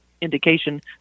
indication